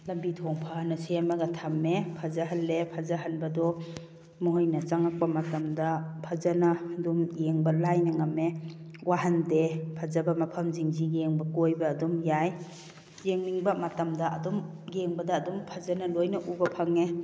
ꯂꯝꯕꯤ ꯊꯣꯡ ꯐꯅ ꯁꯦꯝꯃꯒ ꯊꯝꯃꯦ ꯐꯖꯍꯜꯂꯦ ꯐꯖꯍꯟꯕꯗꯣ ꯃꯈꯣꯏꯅ ꯆꯉꯪꯄ ꯃꯇꯝꯗ ꯐꯖꯅ ꯑꯗꯨꯝ ꯌꯦꯡꯕ ꯂꯥꯏꯅ ꯉꯝꯃꯦ ꯋꯥꯍꯟꯗꯦ ꯐꯖꯕ ꯃꯐꯝꯁꯤꯡꯁꯦ ꯌꯦꯡꯕ ꯀꯣꯏꯕ ꯑꯗꯨꯝ ꯌꯥꯏ ꯌꯦꯡꯅꯤꯡꯕ ꯃꯇꯝꯗ ꯑꯗꯨꯝ ꯌꯦꯡꯕꯗ ꯑꯗꯨꯝ ꯐꯖꯅ ꯂꯣꯏꯅ ꯎꯕ ꯐꯪꯉꯦ